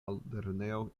altlernejo